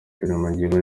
turemangingo